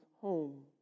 home